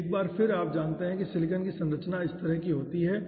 तो एक बार फिर आप जानते हैं कि सिलिकॉन की संरचना इस तरह की होती है